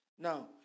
Now